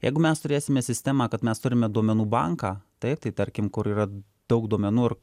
jeigu mes turėsime sistemą kad mes turime duomenų banką taip tai tarkim kur yra daug duomenų ir